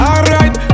Alright